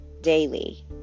daily